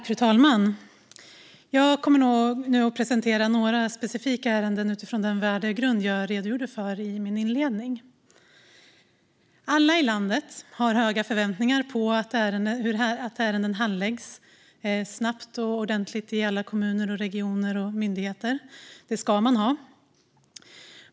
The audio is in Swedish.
Fru talman! Jag kommer nu att presentera några specifika ärenden utifrån den värdegrund som jag redogjorde för i min inledning. Alla i landet har höga förväntningar på att ärenden handläggs snabbt och ordentligt i alla kommuner, regioner och myndigheter. Det ska man ha.